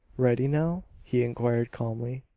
ready now? he inquired calmly.